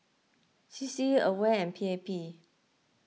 C C Aware and P A P